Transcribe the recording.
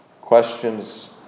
questions